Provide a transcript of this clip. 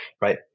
right